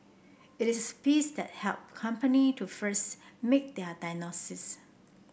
it is the piece that help company to first make their diagnosis